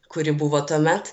kuri buvo tuomet